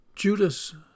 Judas